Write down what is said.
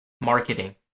marketing